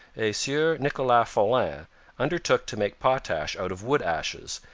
a sieur nicolas follin undertook to make potash out of wood ashes,